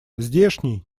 здешний